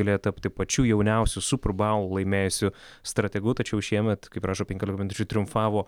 galėjo tapti pačiu jauniausiu super baul laimėusiu strategu tačiau šiemet kaip rašo penkiolika minučių triumfavo